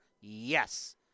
Yes